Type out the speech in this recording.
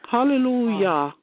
Hallelujah